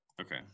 Okay